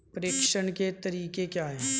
प्रेषण के तरीके क्या हैं?